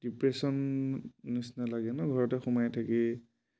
depression নিচিনা লাগে ন ঘৰতে সোমাই থাকি